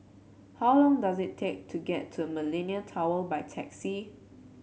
how long does it take to get to Millenia Tower by taxi